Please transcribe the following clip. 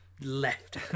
left